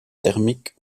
thermiques